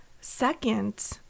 Second